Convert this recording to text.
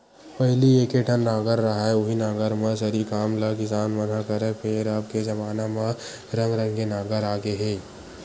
पहिली एके ठन नांगर रहय उहीं नांगर म सरी काम ल किसान मन ह करय, फेर अब के जबाना म रंग रंग के नांगर आ गे हे